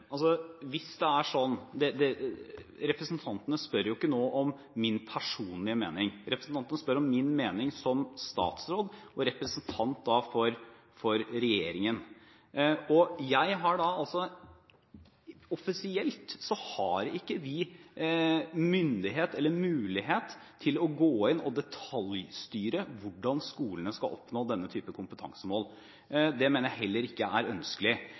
spør ikke nå om min personlige mening; representanten spør om min mening som statsråd, som representant for regjeringen, og vi har ikke, offisielt, myndighet eller mulighet til å gå inn og detaljstyre hvordan skolene skal oppnå denne typen kompetansemål, og det mener jeg heller ikke er ønskelig.